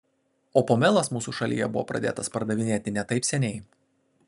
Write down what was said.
o pomelas mūsų šalyje buvo pradėtas pardavinėti ne taip seniai